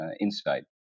insight